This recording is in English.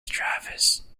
travis